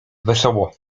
wesoło